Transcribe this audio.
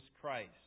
Christ